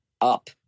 up